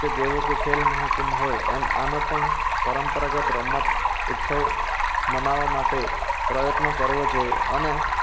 કે જેવો કે ખેલ મહાકુંભ હોય એમ આનો પણ પરંપરાગત રમત ઉત્સવ મનાવવા માટે પ્રયત્ન કરવો જોઈએ અને